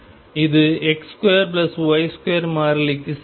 இது X2Y2மாறிலிக்கு சமம்